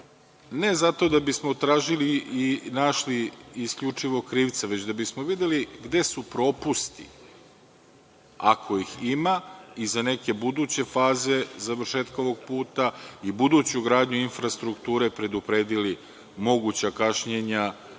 ne zato da bismo tražili i našli isključivo krivca, već da bismo videli gde su propusti, ako ih ima, i za neke buduće faze završetka ovog puta i buduću gradnju infrastrukture predupredili moguća kašnjenja